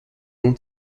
noms